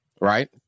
right